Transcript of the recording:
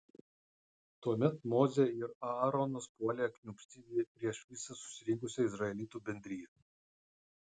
tuomet mozė ir aaronas puolė kniūbsti prieš visą susirinkusią izraelitų bendriją